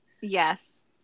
Yes